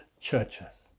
churches